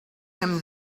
him